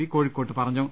P കോഴിക്കോട്ട് പറഞ്ഞു